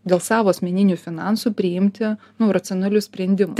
dėl savo asmeninių finansų priimti nu racionalius sprendimus